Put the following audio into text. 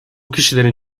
kişilerin